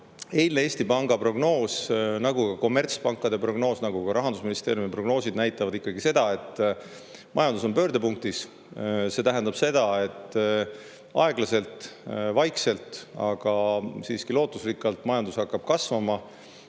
näitas Eesti Panga prognoos nagu ka kommertspankade ja Rahandusministeeriumi prognoosid ikkagi seda, et majandus on pöördepunktis. See tähendab seda, et aeglaselt, vaikselt, aga siiski lootusrikkalt hakkab majandus kasvama.